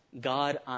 God